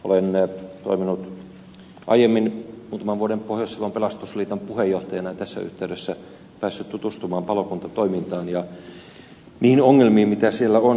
olen toiminut aiemmin muutaman vuoden pohjois savon pelastusliiton puheenjohtajana ja tässä yhteydessä päässyt tutustumaan palokuntatoimintaan ja niihin ongelmiin mitä siellä on